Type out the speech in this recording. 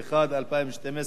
התשע"ב 2012,